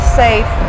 safe